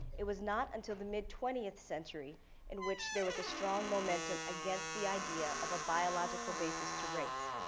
it was not until the mid twentieth century in which there was a strong momentum against the idea of a biological basis to race.